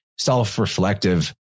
self-reflective